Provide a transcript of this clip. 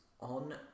on